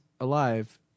alive